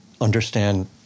understand